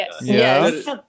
yes